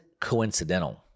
coincidental